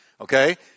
Okay